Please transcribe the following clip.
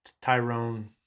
Tyrone